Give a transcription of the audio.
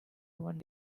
one